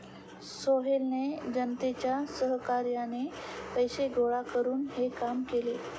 सोहेलने जनतेच्या सहकार्याने पैसे गोळा करून हे काम केले